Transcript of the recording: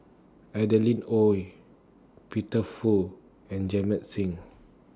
Adeline Ooi Peter Fu and Jamit Singh